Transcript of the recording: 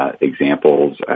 examples